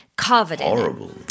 Horrible